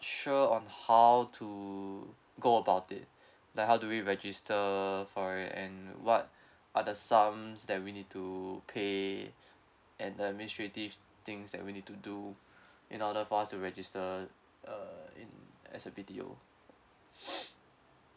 sure on how to go about it like how do we register from our end what other sums that we need to pay and the administrative things that we need to do in order for us to register uh in as a B_T_O